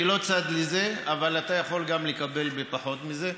אני לא צד לזה, אבל אתה יכול גם לקבל בפחות מזה.